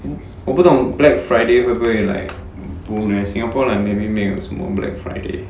我不懂 black friday 会不会 like 不懂 leh singapore maybe 没有什么 black friday